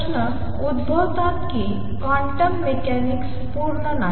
प्रश्न उद्भवतात की क्वांटम मेकॅनिक्स पूर्ण नाही